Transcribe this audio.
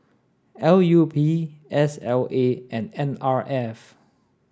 L U P S L A and N R F